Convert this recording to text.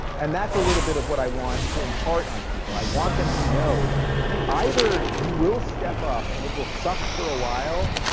and that's a little bit of what i want to impart on people. i want them to know either you will step up and it will suck for a while,